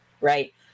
Right